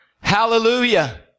Hallelujah